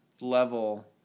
level